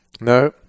No